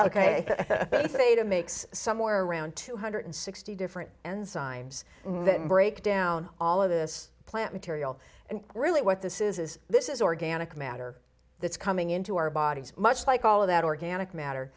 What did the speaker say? beta makes somewhere around two hundred sixty different enzymes that break down all of this plant material and really what this is is this is organic matter that's coming into our bodies much like all of that organic matter